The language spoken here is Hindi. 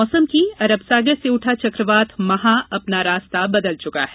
मौसम अरब सागर से उठा चकवात महा अपना रास्ता बदल चुका है